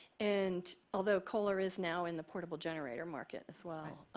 and although kohler is now in the portable generator market as well